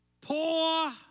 Poor